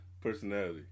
personality